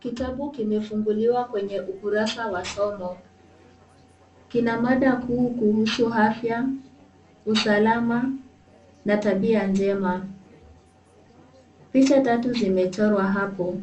Kitabu umefunguliwa kwenye ukurasa wa somo, kina mada kuu kuhusu afya, usalama na tabia njema . Picha tatu zimechorwa hapo,